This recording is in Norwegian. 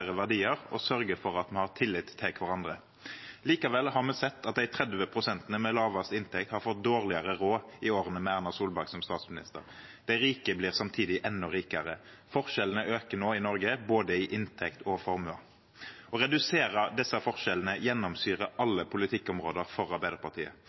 flere verdier og sørger for at vi har tillit til hverandre. Likevel har vi sett at de 30 pst. med lavest inntekt har fått dårligere råd i årene med Erna Solberg som statsminister. De rike blir samtidig enda rikere. Forskjellene øker nå i Norge, både i inntekt og i formue. Å redusere disse forskjellene